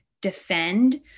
defend